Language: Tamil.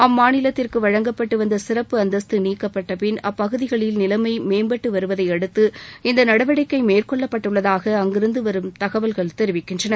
அம்மாநிலத்திற்கு வழங்கப்பட்டுவந்த சிறப்பு அந்தஸ்து நீக்கப்பட்டப்பின் அப்பகுதிகளில் நிலைமை மேம்பட்டு வருவதையடுத்து இந்த நடவடிக்கை மேற்கொள்ளப்பட்டுள்ளதாக அங்கிருந்து வரும் தகவல்கள் தெரிவிக்கின்றன